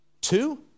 Two